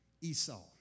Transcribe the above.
Esau